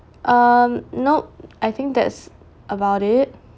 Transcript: um nope I think that's about it